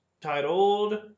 titled